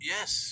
Yes